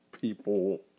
people